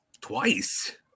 twice